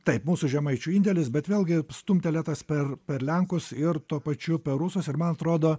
taip mūsų žemaičių indėlis bet vėlgi stumtelėtas per per lenkus ir tuo pačiu per rusus ir man atrodo